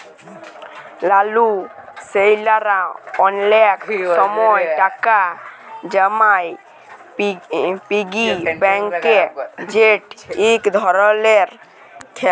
লুলু ছেইলারা অলেক সময় টাকা জমায় পিগি ব্যাংকে যেট ইক ধরলের খেললা